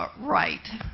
ah right.